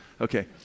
Okay